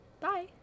Bye